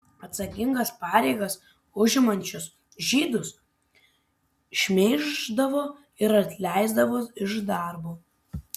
atsakingas pareigas užimančius žydus šmeiždavo ir atleisdavo iš darbo